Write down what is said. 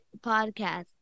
podcast